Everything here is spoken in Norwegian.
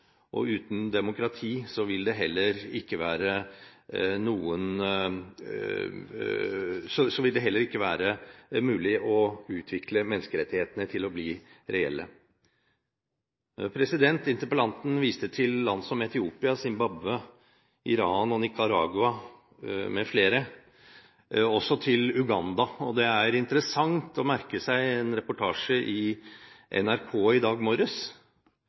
og uten demokrati vil det heller ikke være mulig med en utvikling som gjør menneskerettighetene reelle. Interpellanten viste til land som Etiopia, Zimbabwe, Iran og Nicaragua m.fl. og også Uganda. Det er interessant å merke seg en reportasje i NRK i dag morges